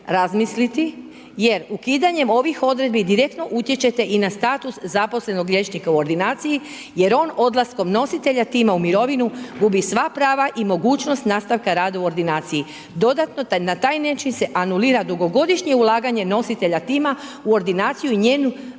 razmisliti jer ukidanjem ovih odredbi direktno utječete i na status zaposlenog liječnika u ordinaciji, jer on odlaskom nositelja tima u mirovinu gubi sva prava i mogućnost nastavka rada u ordinaciji. Dodatno na taj način se anulira dugogodišnje ulaganje nositelja tima u ordinaciju i njenu